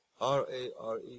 r-a-r-e